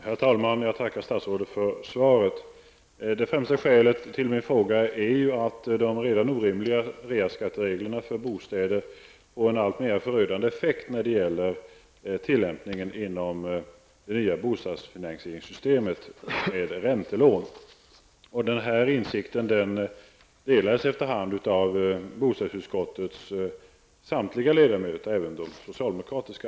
Herr talman! Jag tackar statsrådet för svaret. Det främsta skälet till min fråga är att de redan orimliga reavinstbeskattningsreglerna för bostäder får en alltmer förödande effekt med de räntelån som kommer att tillämpas med det nya bostadsfinansieringssystemet. Denna insikt har efter hand kommit att delas av samtliga bostadsutskottets ledamöter, alltså även de socialdemokratiska.